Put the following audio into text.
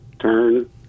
turn